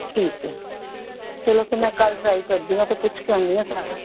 ਠੀਕ ਹੈ ਚਲੋ ਫਿਰ ਮੈਂ ਕੱਲ੍ਹ ਟਰਾਈ ਕਰਦੀ ਹਾਂ ਅਤੇ ਪੁੱਛ ਕੇ ਆਉਂਦੀ ਹਾਂ ਸਾਰਾ